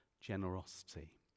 generosity